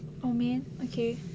oh man okay